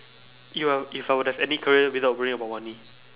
you are if I were to have any career without worrying about money